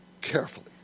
carefully